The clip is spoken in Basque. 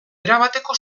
erabateko